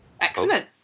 Excellent